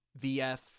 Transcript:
VF